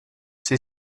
sie